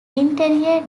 interior